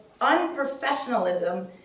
unprofessionalism